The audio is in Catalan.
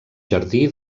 jardí